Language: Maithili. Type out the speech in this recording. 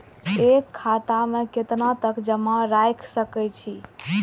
एक खाता में केतना तक जमा राईख सके छिए?